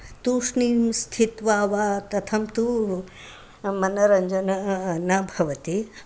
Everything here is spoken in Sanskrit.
तूष्णीं स्थित्वा वा कथं तु मनोरञ्जनं न भवति